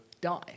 die